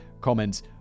comment